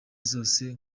zose